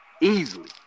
easily